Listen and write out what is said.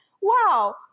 wow